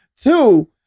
Two